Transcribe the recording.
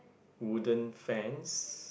wooden fence